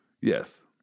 yes